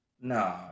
No